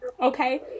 okay